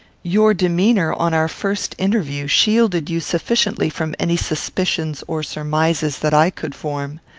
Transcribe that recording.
your demeanour, on our first interview, shielded you sufficiently from any suspicions or surmises that i could form.